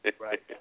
right